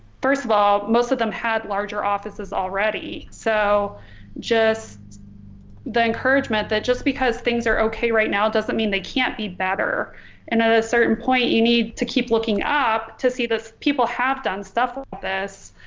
first of all most of them had larger offices already. so just the encouragement that just because things are okay right now doesn't mean they can't be better and at a certain point you need to keep looking up to see this people have done stuff like this